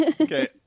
Okay